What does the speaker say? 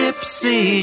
Gypsy